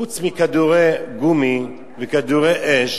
חוץ מכדורי גומי וכדורי אש